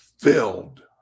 Filled